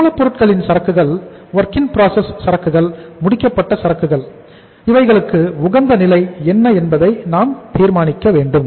மூலப் பொருளின் சரக்குகள் வொர்க் இன் ப்ராசஸ் சரக்குகள் முடிக்கப்பட்ட சரக்குகள் இவைகளுக்கு உகந்த நிலை என்ன என்பதை நாம் தீர்மானிக்க வேண்டும்